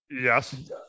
Yes